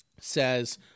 says